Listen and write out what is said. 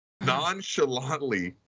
nonchalantly